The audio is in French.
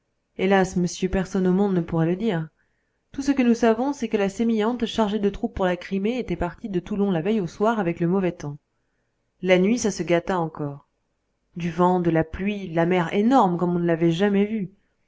hélas monsieur personne au monde ne pourrait le dire tout ce que nous savons c'est que la sémillante chargée de troupes pour la crimée était partie de toulon la veille au soir avec le mauvais temps la nuit ça se gâta encore du vent de la pluie la mer énorme comme on ne l'avait jamais vue